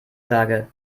sage